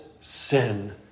sin